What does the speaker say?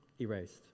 erased